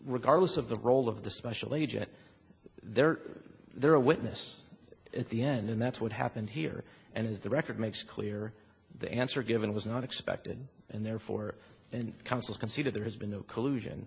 regardless of the role of the special agent there there a witness at the end and that's what happened here and as the record makes clear the answer given was not expected and therefore and counsel can see that there has been no collusion